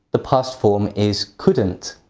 the past form is couldn't.